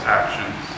actions